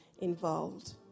involved